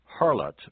harlot